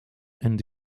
and